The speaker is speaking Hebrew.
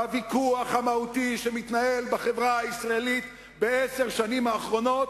בוויכוח המהותי שמתנהל בחברה הישראלית בעשר השנים האחרונות,